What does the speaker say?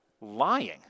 lying